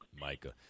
Micah